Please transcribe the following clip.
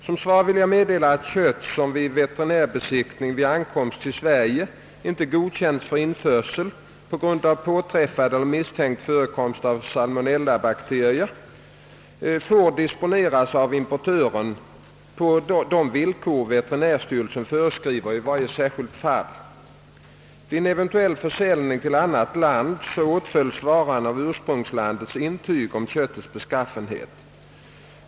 Som svar vill jag meddela att kött som vid veterinärbesiktningen vid ankomsten till Sverige inte godkänns för införsel på grund av påträffad eller misstänkt förekomst av salmonellabakterier får disponeras av importören på de villkor veterinärstyrelsen föreskriver i varje särskilt fall. Vid en eventuell försäljning till annat land åtföljs varan av ursprungslandets intyg om köttets beskaffenhet.